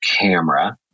camera